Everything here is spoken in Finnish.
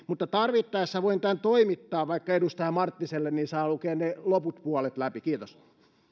mutta tarvittaessa voin tämän toimittaa vaikka edustaja marttiselle niin hän saa lukea ne loput toisen puolen läpi kiitos